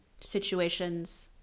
situations